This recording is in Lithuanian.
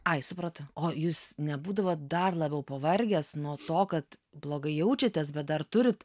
ai supratau o jis nebūdavot dar labiau pavargęs nuo to kad blogai jaučiatės bet dar turit